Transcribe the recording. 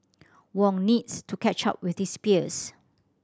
Wong needs to catch up with his peers